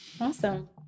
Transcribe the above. awesome